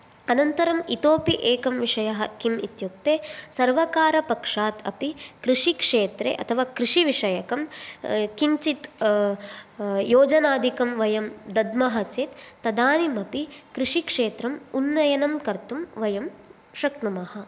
अनन्तरम् इतोपि एकं विषयः किम् इत्युक्ते सर्वकारपक्षात् अपि कृषिक्षेत्रे अथवा कृषिविषयकं किञ्चित् योजनादिकं वयं दद्मः चेत् तदानीमपि कृषिक्षेत्रम् उन्नयनं कर्तुं वयं शक्नुमः